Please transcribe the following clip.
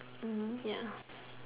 ya